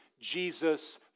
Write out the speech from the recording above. Jesus